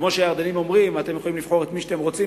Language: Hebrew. כמו שהירדנים אומרים: אתם יכולים לבחור את מי שאתם רוצים,